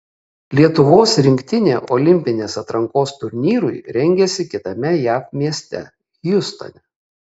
lietuvos rinktinė olimpinės atrankos turnyrui rengiasi kitame jav mieste hjustone